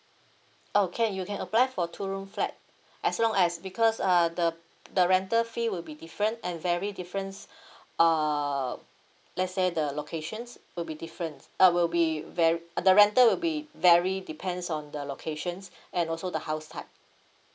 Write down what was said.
oh can you can apply for two room flat as long as because uh the the rental fee will be different and vary difference um let's say the locations will be different uh will be v~ uh the rental will be vary depends on the locations and also the house type